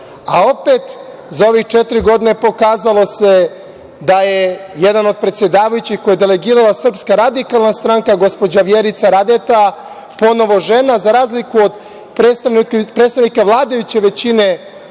a opet za ove četiri godine pokazalo se da je jedan od predsedavajućih, koje je delegirala SRS, gospođa Vjerica Radeta, ponovo žena, za razliku od predstavnika vladajuće većine